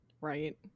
Right